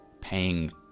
paying